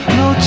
no